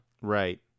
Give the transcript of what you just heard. Right